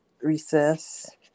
Recess